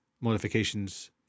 modifications